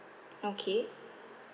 okay